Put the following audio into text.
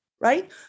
right